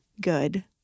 good